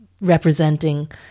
representing